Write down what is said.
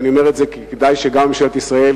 ואני אומר את זה כי כדאי שגם ממשלת ישראל,